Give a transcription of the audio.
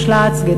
ראשון-לציון,